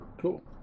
cool